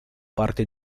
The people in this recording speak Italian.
parte